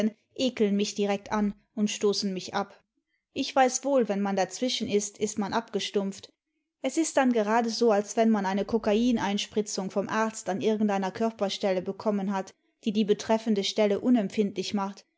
ekeln mich direkt an und stoßen mich ab ich weiß wohl wenn man dazwischen ist ist man abgestumpft es ist dann gerade so als wenn man eine kokaineinspritzung vom arzt an irgendeiner körperstelle bekommen hat die die betreffende stelle imempfindlich macht